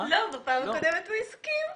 כל העניין הזה מתעורר לא כשיש הסכמה אלא כשיש ויכוח.